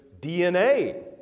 DNA